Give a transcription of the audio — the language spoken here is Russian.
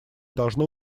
должно